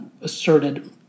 asserted